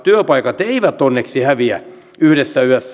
työpaikat eivät onneksi häviä yhdessä yössä